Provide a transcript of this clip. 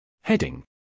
Heading